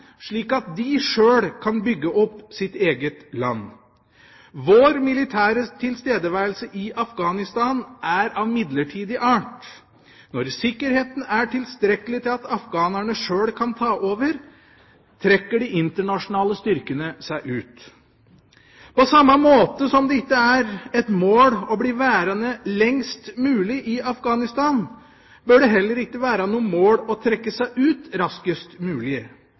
slik at de sjøl kan bygge opp sitt eget land. Vår militære tilstedeværelse i Afghanistan er av midlertidig art. Når sikkerheten er tilstrekkelig til at afghanerne sjøl kan ta over, trekker de internasjonale styrkene seg ut. På samme måte som det ikke er et mål å bli værende lengst mulig i Afghanistan, bør det heller ikke være noe mål å trekke seg ut raskest mulig.